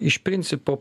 iš principo